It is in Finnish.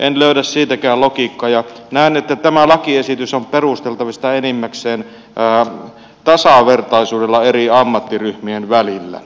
en löydä siitäkään logiikkaa ja näen että tämä lakiesitys on perusteltavissa enimmäkseen tasavertaisuudella eri ammattiryhmien välillä